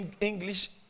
English